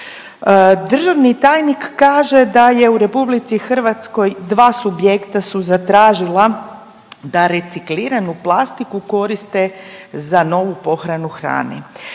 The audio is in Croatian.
Državni tajnik kaže da je u RH, dva subjekta su zatražila da recikliranu plastiku koriste za novu pohranu hrane.